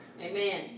Amen